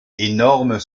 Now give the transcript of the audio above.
énormes